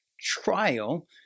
trial